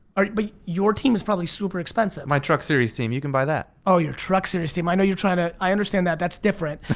ah but your team is probably super expensive. my truck series team, you can buy that. oh, your truck series team, i know you're trying to i understand that, that's different.